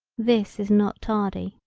this is not tardy.